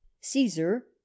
caesar